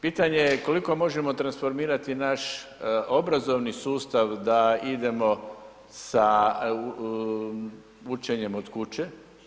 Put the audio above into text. Pitanje je koliko možemo transformirati naš obrazovni sustav da idemo sa učenjem od kuće.